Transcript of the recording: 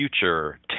Future